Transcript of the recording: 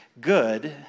good